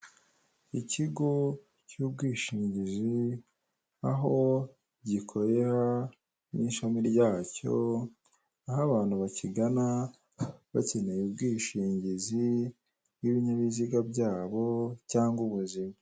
Ikigo cy'ubwishingizi aho gikorera n'ishami ryacyo, aho abantu bakigana bakeneye ubwishingizi bw'ibinyabiziga byabo cyangwa ubuzima.